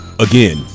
Again